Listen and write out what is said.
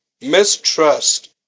mistrust